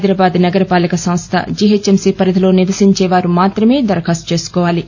హైదరాబాద్ నగర పాక సంస్వ జీహెచ్ఎంసీ పరిధిలో నివసించే వారు మాత్రమే దరఖాస్తు చేసుకోవాలి